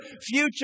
future